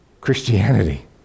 Christianity